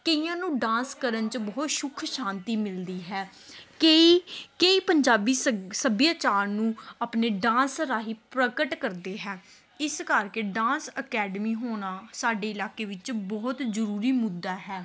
ਕਈਆਂ ਨੂੰ ਡਾਂਸ ਕਰਨ 'ਚ ਬਹੁਤ ਸੁੱਖ ਸ਼ਾਂਤੀ ਮਿਲਦੀ ਹੈ ਕਈ ਕਈ ਪੰਜਾਬੀ ਸੱਭ ਸੱਭਿਆਚਾਰ ਨੂੰ ਆਪਣੇ ਡਾਂਸ ਰਾਹੀਂ ਪ੍ਰਗਟ ਕਰਦੇ ਹੈ ਇਸ ਕਰਕੇ ਡਾਂਸ ਅਕੈਡਮੀ ਹੋਣਾ ਸਾਡੇ ਇਲਾਕੇ ਵਿੱਚ ਬਹੁਤ ਜ਼ਰੂਰੀ ਮੁੱਦਾ ਹੈ